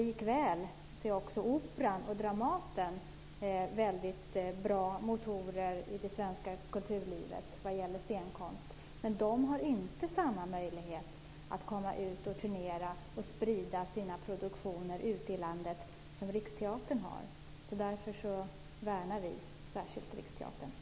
Likaväl är Dramaten och Operan väldigt bra motorer i det svenska kulturlivet vad gäller scenkonst. Men de har inte samma möjlighet att komma ut och turnera och sprida sina produktioner ute i landet som Riksteatern har. Därför värnar vi särskilt Riksteatern.